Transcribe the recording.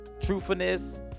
truthfulness